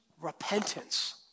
repentance